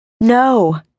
No